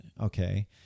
Okay